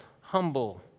humble